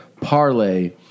parlay